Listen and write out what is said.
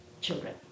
children